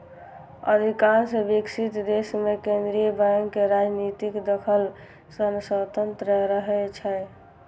अधिकांश विकसित देश मे केंद्रीय बैंक राजनीतिक दखल सं स्वतंत्र रहै छै